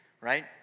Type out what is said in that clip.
right